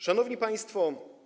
Szanowni Państwo!